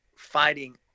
Fighting